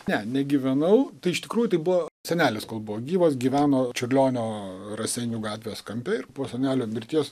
ne negyvenau tai iš tikrųjų tai buvo senelis kol buvo gyvas gyveno čiurlionio raseinių gatvės kampe ir po senelio mirties